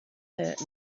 hurt